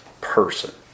person